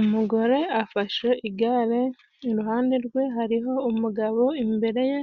Umugore afashe igare, iruhande rwe hariho umugabo, imbere ye